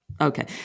Okay